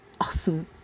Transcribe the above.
awesome